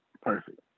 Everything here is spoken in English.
perfect